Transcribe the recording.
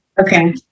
Okay